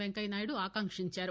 వెంకయ్యనాయుడు ఆకాంక్షించారు